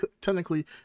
technically